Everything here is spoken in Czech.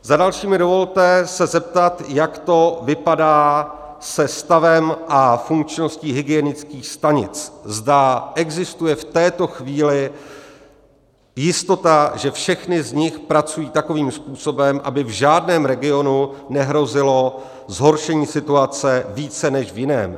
Za další mi dovolte se zeptat, jak to vypadá se stavem a funkčností hygienických stanic, zda existuje v této chvíli jistota, že všechny z nich pracují takovým způsobem, aby v žádném regionu nehrozilo zhoršení situace více než v jiném.